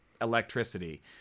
electricity